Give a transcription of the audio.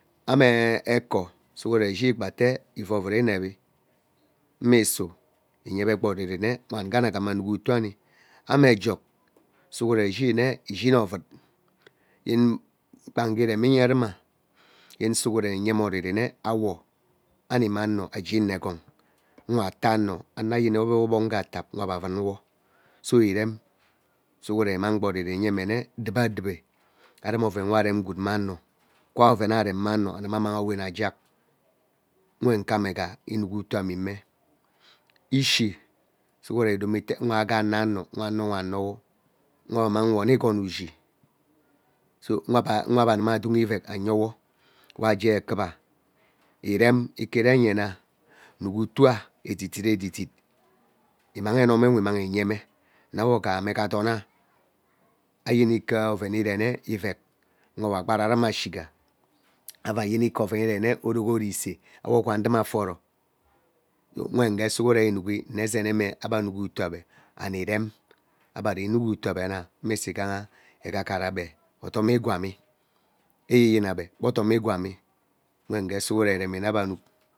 . Ameee ekor sugh gba ete ivuu ovut iweri imish enyeme kpa oriri nne wen see ana ghama anuk utuu ame jog sughmen ishin nne ishini ovuun yenn kpange reminye runwuna yene sughmen enyeme oriri mme awo ami mme ano agee inoo egon awo nwa ataa ano ayani wo ebe wo ogbog agee atap nwe ebe vuuu wo so irem sughuren inmang kpa oriri iyemene dube adube arem oren we aram gwood we arem mme ano anuma amang awowen ajack mme ishii sughuren idome ote awagha amira ano anoo, ano awe anuma anowo nwe ebe anang wo nee igon ushi so nwe ebe amuna dunn iveg ayewo we agee ekura irem ike iren gee na nuk ijuta etidit edidit imang enomewe immang iyeme nne awo ghana mme ghaa adoma ayani i ke oven irene iveg nwe awo akpagara rume ashigha ava yen ike oran irene orogoro isee awo kwua ruma aforo unwe gen sughuren inuihi ene ezememe ebe anuk utuu ebe and iren ebe ari inuk utuu ebe na ininsu ighaa egagara ebe gbee odom igwami eyeeyen ebe gbee odom igwami mme ugee sughuren iremi ebe nne ebe anuk.